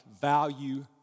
value